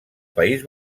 país